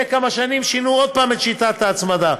כמה שנים שינו עוד פעם את שיטת ההצמדה.